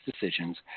decisions